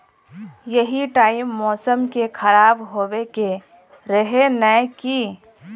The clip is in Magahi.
यही टाइम मौसम के खराब होबे के रहे नय की?